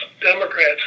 Democrats